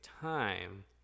time